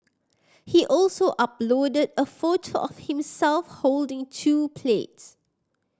he also uploaded a photo of himself holding two plates